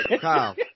Kyle